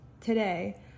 today